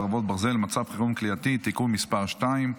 חרבות ברזל) (מצב חירום כליאתי) (תיקון מס' 2),